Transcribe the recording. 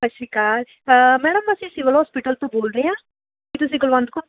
ਸਤਿ ਸ਼੍ਰੀ ਅਕਾਲ ਮੈਡਮ ਅਸੀਂ ਸਿਵਲ ਹੋਸਪੀਟਲ ਤੋਂ ਬੋਲ ਰਹੇ ਹਾਂ ਕੀ ਤੁਸੀਂ ਕੁਲਵੰਤ ਕੋਰ